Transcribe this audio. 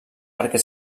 perquè